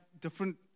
different